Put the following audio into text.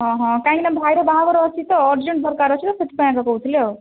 ହଁ ହଁ କାହିଁକିନା ଭାଇର ବାହାଘର ଅଛି ତ ଅର୍ଜେଣ୍ଟ ଦରକାର ଅଛି ତ ସେଥିପାଇଁକା କହୁଥିଲି ଆଉ